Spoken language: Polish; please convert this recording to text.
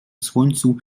słońcu